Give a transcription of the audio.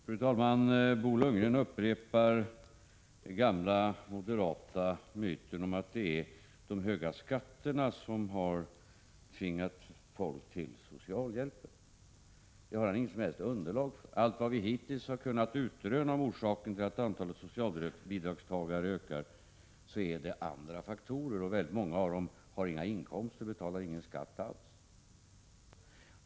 Fru talman! Bo Lundgren upprepar den gamla moderata myten att det är de höga skatterna som har tvingat folk till socialhjälpen. Det har han inget som helst underlag för. Allt vad vi hittills kunnat utröna om orsakerna till att antalet socialbidragstagare ökar ger vid handen att det rör sig om andra faktorer, och väldigt många av de människor som det gäller har inga inkomster och betalar ingen skatt alls.